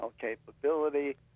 capability